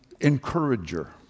encourager